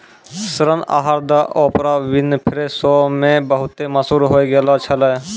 ऋण आहार द ओपरा विनफ्रे शो मे बहुते मशहूर होय गैलो छलै